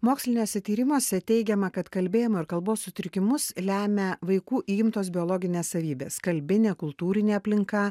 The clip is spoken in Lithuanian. moksliniuose tyrimuose teigiama kad kalbėjimo ir kalbos sutrikimus lemia vaikų įgimtos biologinės savybės kalbinė kultūrinė aplinka